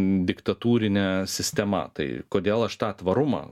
diktatūrine sistema tai kodėl aš tą tvarumą